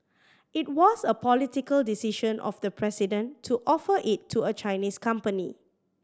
it was a political decision of the president to offer it to a Chinese company